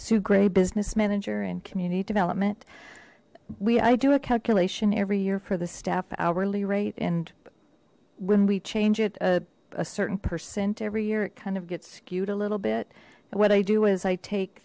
sue grey business manager and community development we i do a calculation every year for the staff hourly rate and when we change it a certain percent every year it kind of gets skewed a little bit and what i do is i take